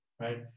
right